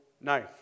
knife